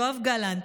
יואב גלנט,